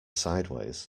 sideways